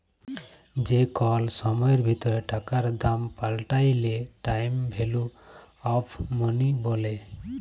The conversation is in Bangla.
যে কল সময়ের ভিতরে টাকার দাম পাল্টাইলে টাইম ভ্যালু অফ মনি ব্যলে